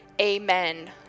amen